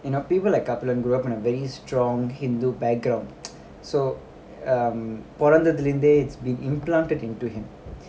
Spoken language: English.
you know people like kaplan grow up in a very strong hindu background so um பொறந்தததுலஇருந்தே:poranthadhula irunde it's been implanted into him